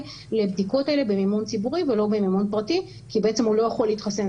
לבדיקות האלה במימון ציבורי ולא במימון פרטי כי בעצם הוא לא יכול להתחסן.